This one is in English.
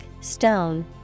stone